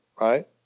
right